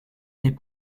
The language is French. n’est